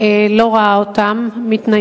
עשר